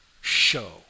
show